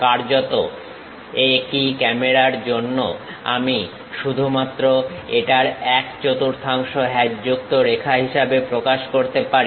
কার্যত একই ক্যামেরার জন্য আমি শুধুমাত্র এটার এক চতুর্থাংশ হ্যাচযুক্ত রেখা হিসেবে প্রকাশ করতে পারি